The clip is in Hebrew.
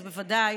אז בוודאי,